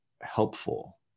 helpful